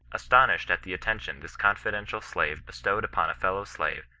astonished at the attention this confidential slave bestowed upon a fellow-slaye,